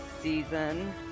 season